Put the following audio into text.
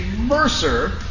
Mercer